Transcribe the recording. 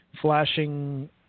flashing